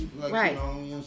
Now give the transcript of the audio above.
right